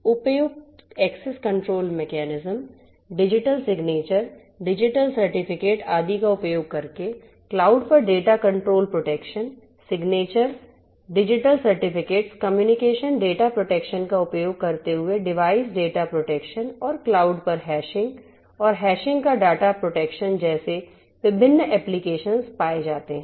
उपयुक्त access control mechanism digital signature digital certificate आदि का उपयोग करके क्लाउड पर data control protection signature digital certificates communication data protection का उपयोग करते हुए डिवाइस डेटा प्रोटेक्शन और क्लाउड पर हैशिंग और हैशिंग का डाटा प्रोटेक्शन जैसे विभ्भिन ऍप्लिकेशन्स पाए जाते हैं